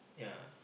yeah